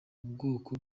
ubwoko